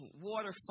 waterfall